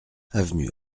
avenue